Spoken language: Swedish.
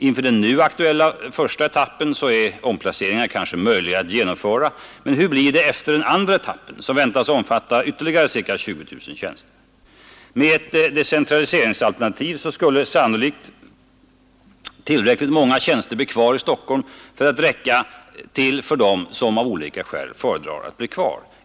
Inför den nu aktuella första etappen är omplaceringar kanske möjliga att genomföra, men hur blir det efter den andra etappen, som väntas omfatta ytterligare ca 20 000 tjänster? Med ett decentraliseringsalternativ skulle sannolikt tillräckligt många tjänster bli kvar i Stockholm för att räcka till för dem som av olika skäl föredrar att bli kvar.